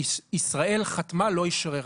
ישראל חתמה, לא אישררה.